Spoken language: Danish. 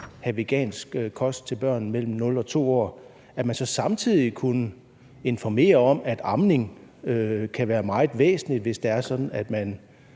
have vegansk kost til børn mellem 0 og 2 år, så samtidig kunne informere om, at amning kan være meget væsentligt, hvis det er sådan, at